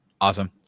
awesome